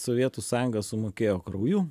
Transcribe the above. sovietų sąjunga sumokėjo krauju